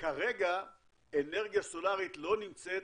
כרגע אנרגיה סולרית לא נמצאת